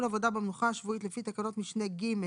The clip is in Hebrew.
עבודה במנוחה השבועית לפי תקנות משנה (ג)